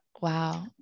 Wow